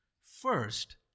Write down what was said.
First